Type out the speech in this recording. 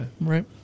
right